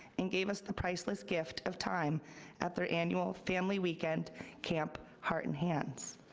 and gave us the priceless gift of time at their annual family weekend camp, heart and hands.